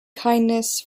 kindness